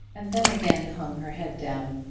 and then again hung her head down.